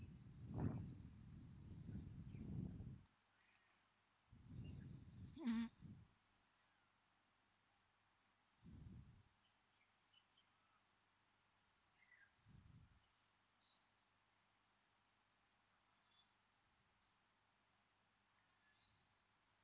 mm